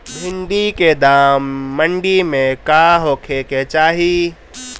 भिन्डी के दाम मंडी मे का होखे के चाही?